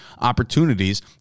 opportunities